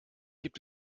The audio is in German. gibt